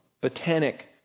botanic